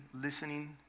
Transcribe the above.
listening